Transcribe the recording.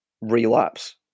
Relapse